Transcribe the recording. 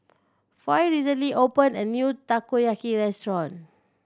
Foy recently opened a new Takoyaki restaurant